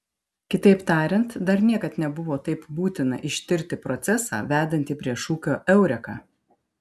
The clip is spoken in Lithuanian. kitaip tariant dar niekad nebuvo taip būtina ištirti procesą vedantį prie šūkio eureka